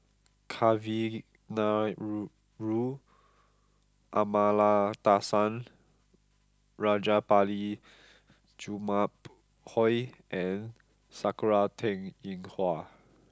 Kavignareru Amallathasan Rajabali Jumabhoy and Sakura Teng Ying Hua